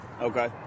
Okay